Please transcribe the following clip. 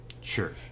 Sure